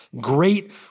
Great